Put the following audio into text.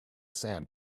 sand